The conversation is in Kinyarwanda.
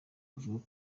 avuga